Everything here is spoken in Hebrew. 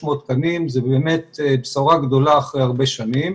600 תקנים זה באמת בשורה גדולה אחרי הרבה שנים,